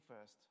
first